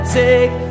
take